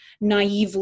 naively